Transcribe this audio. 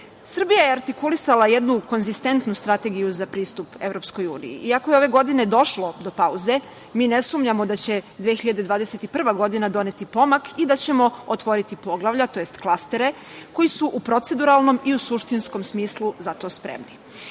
prava. Srbija je artikulisala jednu koenzistentnu strategiju za pristup EU, i ako je ove godine došlo do pauze, mi ne sumnjamo da će 2021. godina doneti pomak, i da ćemo otvoriti poglavlja, tj. klastere koji su u proceduralnom i u suštinskom smislu za to spremni. Naša